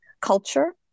culture